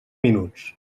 minuts